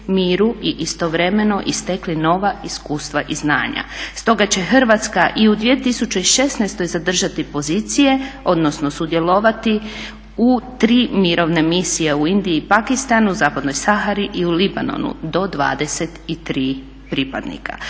miru i istovremeno i stekli nova iskustva i znanja. Stoga će Hrvatska i u 2016. zadržati pozicije, odnosno sudjelovati u tri mirovne misije u Indiji i Pakistanu, zapadnoj Sahari i u Libanonu do 23 pripadnika.